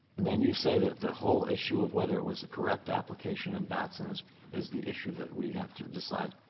and then you say that the whole issue of whether it was a correct application in batson is is the issue that we have to decide?